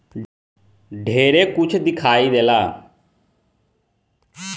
ढेरे कुछ दिखाई देला